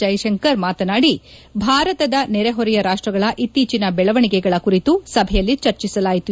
ಜೈಶಂಕರ್ ಮಾತನಾಡಿ ಭಾರತದ ನೆರೆಹೊರೆಯ ರಾಷ್ಟಗಳ ಇತ್ತೀಚಿನ ಬೆಳವಣಿಗೆಗಳ ಕುರಿತು ಸಭೆಯಲ್ಲಿ ಚರ್ಚಿಸಲಾಯಿತು